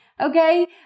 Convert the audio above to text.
okay